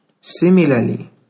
Similarly